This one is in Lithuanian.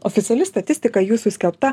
oficiali statistika jūsų skelbta